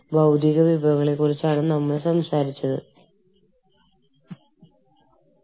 വീണ്ടും ഇവ ഓരോ രാജ്യത്തിനും ഓരോ പ്രദേശത്തിനും വ്യത്യസ്തമായിരിക്കും